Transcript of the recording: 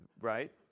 Right